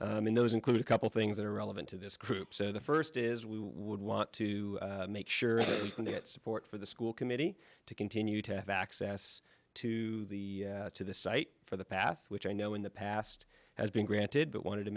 way and those include a couple things that are relevant to this group so the first is we would want to make sure we get support for the school committee to continue to have access to the to the site for the path which i know in the past has been granted but wanted to